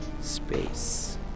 space